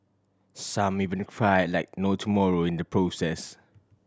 some even fly like no tomorrow in the process